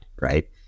right